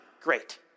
Great